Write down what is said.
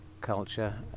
culture